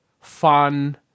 fun